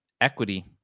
equity